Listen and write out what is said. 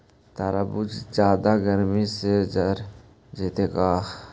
तारबुज जादे गर्मी से जर जितै का?